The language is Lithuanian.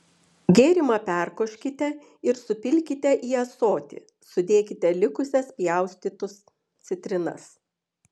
gėrimą perkoškite ir supilkite į ąsotį sudėkite likusias pjaustytus citrinas